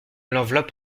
l’enveloppe